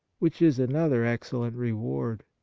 which is another excellent reward.